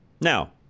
Now